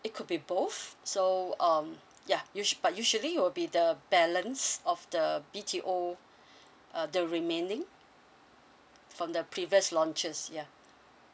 it could be both so um ya usua~ but usually it will be the balance of the B_T_O uh the remaining from the previous launches ya